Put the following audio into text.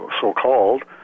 so-called